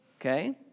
okay